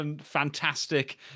fantastic